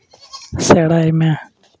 ᱥᱮᱬᱟᱭ ᱢᱮ